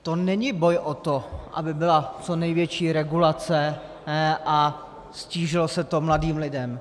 To není boj o to, aby byla co největší regulace a ztížilo se to mladým lidem.